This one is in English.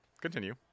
Continue